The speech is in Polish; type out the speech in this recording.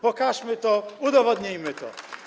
Pokażmy to, udowodnijmy to.